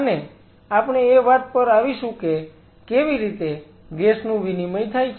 અને આપણે એ વાત પર આવીશું કે કેવી રીતે ગેસ નું વિનિમય થાય છે